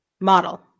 model